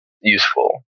useful